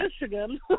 Michigan